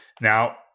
Now